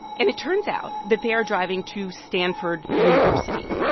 and it turns out that they are driving to stanford university,